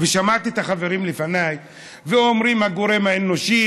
ושמעתי את החברים לפניי אומרים "הגורם האנושי",